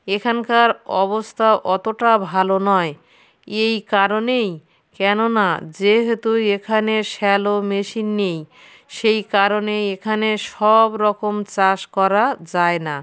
এখানকার অবস্থা অতোটা ভালো নয় এই কারণেই কেননা যেহেতু এখানে শ্যালো মেশিন নেই সেই কারণে এখানে সব রকম চাষ করা যায় না